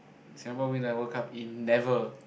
Singapore win the World Cup in never